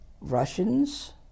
Russians